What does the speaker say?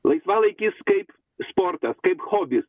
laisvalaikis kaip sportas kaip hobis